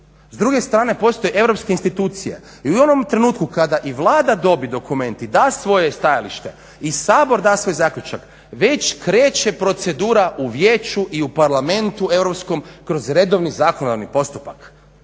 s druge strane postoje europske institucije i u onom trenutku kada i Vlada dobije dokument i da svoje stajalište i Sabor da svoj zaključak već kreće procedura u vijeću i u Parlamentu europskom kroz redovni zakonodavni postupak.